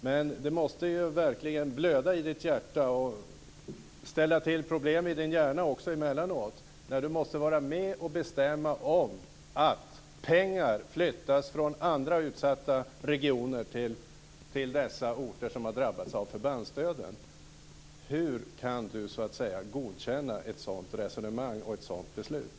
Men det måste verkligen blöda i hans hjärta, och ställa till problem i hans hjärna också emellanåt, när han måste vara med och bestämma att pengar flyttas från andra utsatta regioner till de orter som har drabbats av förbandsdöden. Hur kan han godkänna ett sådant resonemang och ett sådant beslut?